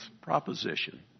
proposition